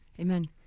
amen